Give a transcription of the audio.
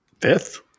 fifth